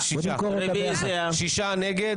שישה נגד.